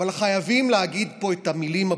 אבל חייבים להגיד פה את המילים הברורות: